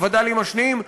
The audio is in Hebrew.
הווד"לים השניים,